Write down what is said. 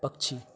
पक्षी